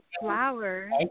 flowers